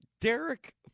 Derek